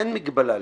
אין מגבלה.